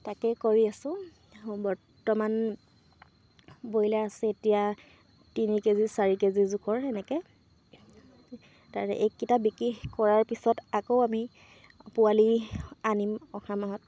তাকেই কৰি আছো বৰ্তমান ব্ৰয়লাৰ আছে এতিয়া তিনি কেজি চাৰি কেজি জোখৰ সেনেকৈ তাৰে এইকেইটা বিক্ৰী কৰাৰ পিছত আকৌ আমি পোৱালি আনিম অহামাহত